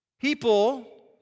people